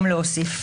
לא הבנתי.